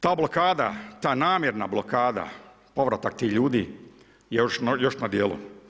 Ta blokada, ta namjerna blokada, povratak tih ljudi je još na djelu.